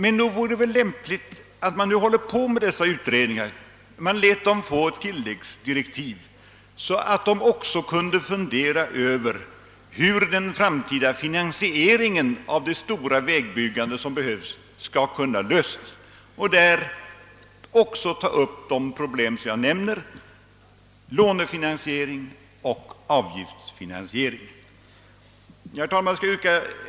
Men nog vore det väl lämpligt att man, när dessa utredningar nu arbetar, lät utredningarna få tilläggsdirektiv, så att de också kunde fundera över hur frågan om den framtida finansieringen av det stora vägbyggande som behövs skall kunna lösas och därvid även tog upp de pro blem som jag nämnt: lånefinansiering och avgiftsfinansiering. Herr talman!